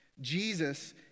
Jesus